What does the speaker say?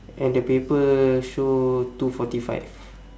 and the paper show two forty five